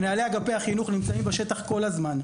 מנהלי אגפי החינוך נמצאים בשטח כל הזמן.